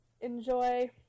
enjoy